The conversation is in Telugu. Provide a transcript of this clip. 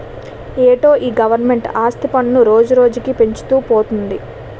ఏటో ఈ గవరమెంటు ఆస్తి పన్ను రోజురోజుకీ పెంచుతూ పోతంది